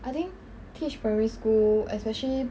I think teach primary school especially